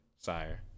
Sire